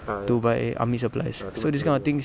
to buy army supplies so these kind of things